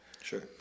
sure